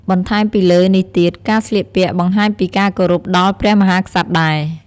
បន្ថែមពីលើនេះទៀតការស្លៀកពាក់បង្ហាញពីការគោរពដល់ព្រះមហាក្សត្រដែរ។